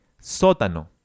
sótano